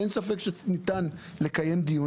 אין ספק שניתן לקיים דיון,